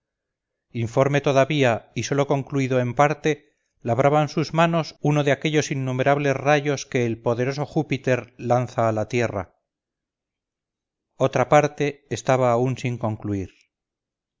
informe todavía y sólo concluido en parte labraban sus manos uno de aquellos innumerables rayos que el poderoso júpiter lanza a la tierra otra parte estaba aún sin concluir